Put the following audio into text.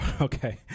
okay